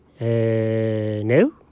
no